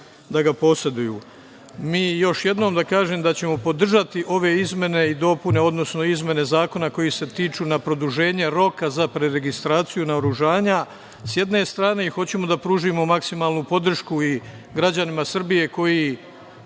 da ga poseduju. Još jednom da kažem da ćemo podržati ove izmene i dopune, odnosno izmene zakona koje se tiču produženja roka za preregistraciju naoružanja sa jedne strane i hoćemo da pružimo maksimalnu podršku i građanima Srbije koji